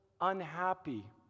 unhappy